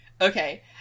Okay